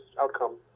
outcome